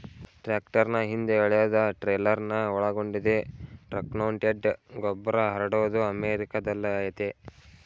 ಟ್ರಾಕ್ಟರ್ನ ಹಿಂದೆ ಎಳೆದಟ್ರೇಲರ್ನ ಒಳಗೊಂಡಿದೆ ಟ್ರಕ್ಮೌಂಟೆಡ್ ಗೊಬ್ಬರಹರಡೋದು ಅಮೆರಿಕಾದಲ್ಲಯತೆ